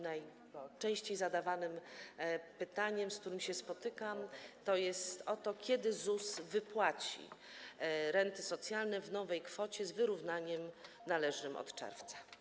Najczęściej zadawanym pytaniem, z którym się spotykam, jest pytanie o to, kiedy ZUS wypłaci renty socjalne w nowej kwocie z wyrównaniem należnym od czerwca.